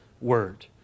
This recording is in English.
Word